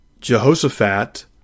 jehoshaphat